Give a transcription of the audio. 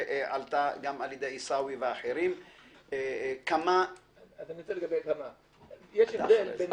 שעלתה גם על ידי עיסאווי ואחרים --- יש הבדל בין